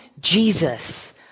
Jesus